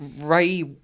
Ray